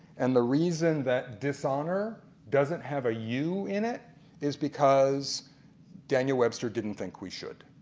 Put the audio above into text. and the reason that dishonor doesn't have a u in it is because daniel webster didn't think we should.